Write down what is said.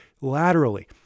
laterally